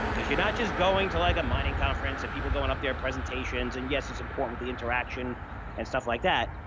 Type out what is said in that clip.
because you're not just going to like a mining conference and people going up their presentations and yes, it's important with the interaction and stuff like that.